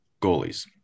goalies